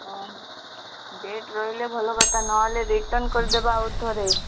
ଅ ହଁ ଡେଟ୍ ରହିଲେ ଭଲକଥା ନହେଲେ ରିଟର୍ନ କରିଦେବା ଆଉ ଥରେ